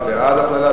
זה בעד הכללה,